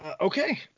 Okay